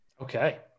okay